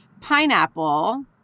pineapple